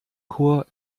chor